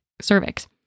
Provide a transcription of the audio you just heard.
cervix